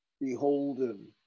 beholden